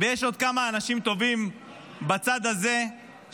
ביוני 2023 תועד הרמ"ט שלך חנמאל מטיל את מימיו בזירת פיגוע,